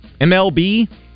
MLB